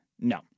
No